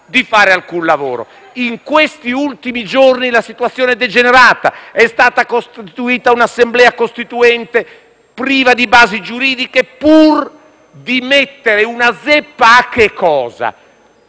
In questi ultimi giorni la situazione è degenerata: è stata costituita un'Assemblea costituente priva di basi giuridiche pur di mettere una "zeppa". A cosa,